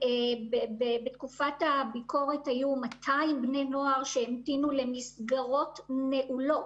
אם בתקופת הביקורת היו 200 בני נוער שהמתינו למסגרות נעולות,